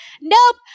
Nope